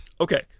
Okay